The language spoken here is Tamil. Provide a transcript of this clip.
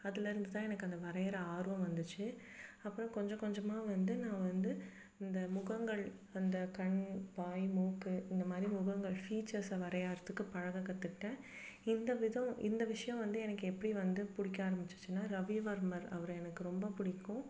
அதிலருந்து தான் எனக்கு அந்த வரையிற ஆர்வம் வந்துச்சு அப்புறம் கொஞ்சம் கொஞ்சமாக வந்து நான் வந்து இந்த முகங்கள் அந்த கண் வாய் மூக்கு இந்த மாதிரி முகங்கள் ஃபீச்சர்ஸை வரையிறத்துக்கு பழகக் கற்றுக்கிட்டேன் இந்த விதம் இந்த விஷயம் வந்து எனக்கு எப்படி வந்து பிடிக்க ஆரம்மிச்சிச்சின்னா ரவி வர்மர் அவரை எனக்கு ரொம்ப பிடிக்கும்